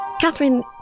Catherine